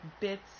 bits